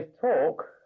talk